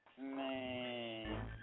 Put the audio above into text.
Man